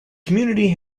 community